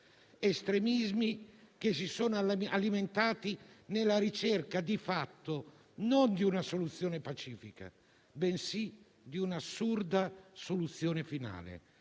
israeliano, che si sono alimentati nella ricerca, di fatto, non di una soluzione pacifica, bensì di un'assurda soluzione finale.